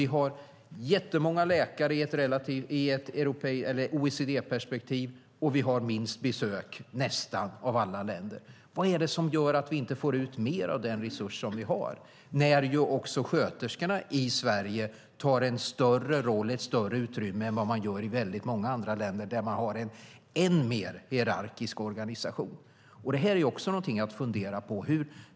Vi har jättemånga läkare i ett OECD-perspektiv, och vi har nästan minst antal besök av alla länder. Vad är det som gör att vi inte får ut mer av den resurs som vi har? Sköterskorna i Sverige tar också ett större utrymme än vad de gör i väldigt många andra länder där man har en än mer hierarkisk organisation. Det är också någonting att fundera på.